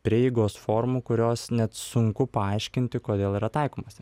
prieigos formų kurios net sunku paaiškinti kodėl yra taikomas